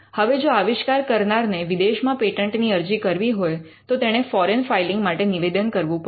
હવે જો આવિષ્કાર કરનારને વિદેશમાં પેટન્ટની અરજી કરવી હોય તો તેણે ફોરેન ફાઇલિંગ માટે નિવેદન કરવું પડે